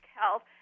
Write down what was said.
health